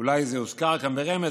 אולי זה הוזכר כאן ברמז,